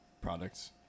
products –